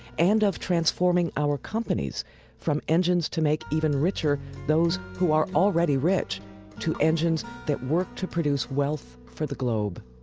and of transforming our companies from engines to make even richer those who are already rich to engines that work to produce wealth for the globe